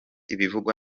ibivugwa